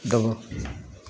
ਦੇਵੋ